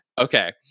Okay